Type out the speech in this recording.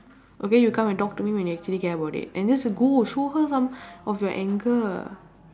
okay you come and talk to me when you actually care about it and that's good show her some of your anger